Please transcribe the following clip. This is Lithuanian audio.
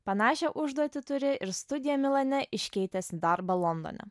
panašią užduotį turi ir studiją milane iškeitęs į darbą londone